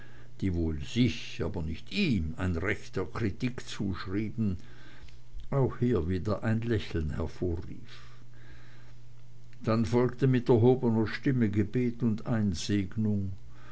die wohl sich aber nicht ihm ein recht der kritik zuschrieben auch hier wieder ein lächeln hervorrief dann folgte mit erhobener stimme gebet und einsegnung